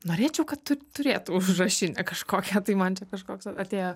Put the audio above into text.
norėčiau kad tu turėtum užrašinę kažkokią tai man čia kažkoks atėjo